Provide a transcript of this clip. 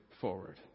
forward